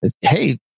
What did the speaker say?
Hey